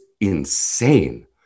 insane